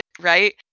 right